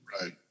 Right